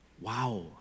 Wow